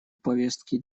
повестки